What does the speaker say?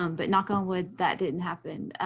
um but knock on wood, that didn't happen.